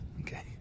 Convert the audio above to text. Okay